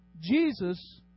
Jesus